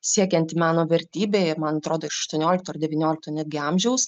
siekianti meno vertybė ir man atrodo iš aštuoniolikto ar devyniolikto netgi amžiaus